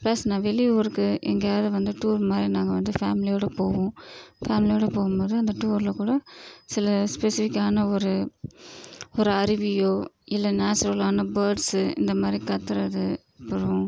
plus நான் வெளியூருக்கு எங்கேயாவது வந்து டூர் மாதிரி நாங்கள் வந்து ஃபேமிலியோட போவோம் ஃபேமிலியோடு போகும்போது அந்த டூரில் கூட சில ஸ்பெசிபிக்கான ஒரு ஒரு அருவியோ இல்லை நேச்சுரலான பேர்ட்ஸு இந்த மாதிரி கற்றுறது அப்புறம்